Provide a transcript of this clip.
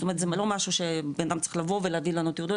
זאת אומרת זה לא משהו שבנאדם צריך לבוא ולהביא לנו תעודות,